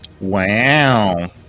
Wow